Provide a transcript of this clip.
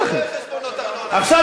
חשבונות החשמל, חשבונות ארנונה.